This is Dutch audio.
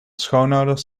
schoonouders